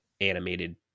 animated